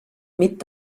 mit